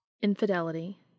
Infidelity